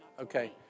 Okay